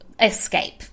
escape